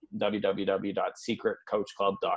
www.secretcoachclub.com